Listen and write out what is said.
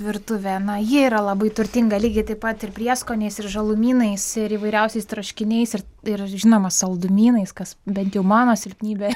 virtuvė na ji yra labai turtinga lygiai taip pat ir prieskoniais ir žalumynais ir įvairiausiais troškiniais ir ir žinoma saldumynais kas bent jau mano silpnybė